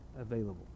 available